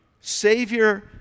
Savior